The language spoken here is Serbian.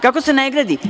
Kako se ne gradi?